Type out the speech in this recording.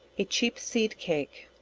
a cheap seed cake.